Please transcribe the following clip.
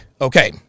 okay